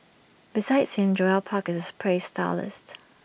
besides him Joel park is A praised stylist